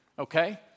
Okay